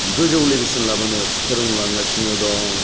गोजौ लेबेल सिम लाबोनो फोरोंलांगासिनो दं